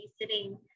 sitting